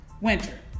Winter